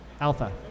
Alpha